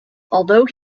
although